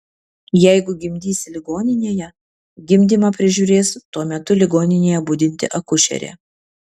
jeigu gimdysi ligoninėje gimdymą prižiūrės tuo metu ligoninėje budinti akušerė